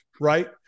Right